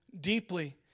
deeply